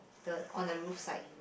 the on the roof side